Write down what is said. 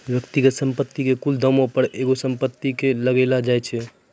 व्यक्तिगत संपत्ति के कुल दामो पे एगो संपत्ति कर लगैलो जाय छै